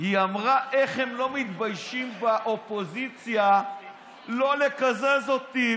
היא אמרה: איך הם לא מתביישים באופוזיציה לא לקזז אותי?